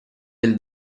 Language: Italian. del